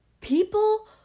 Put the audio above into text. people